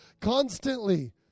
constantly